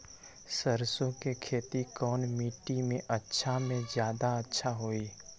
सरसो के खेती कौन मिट्टी मे अच्छा मे जादा अच्छा होइ?